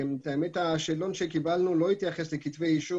השאלון שקיבלנו לא התייחס לכתבי אישום